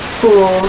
four